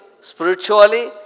spiritually